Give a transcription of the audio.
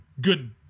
good